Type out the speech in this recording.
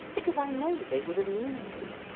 because i know they would amuse me,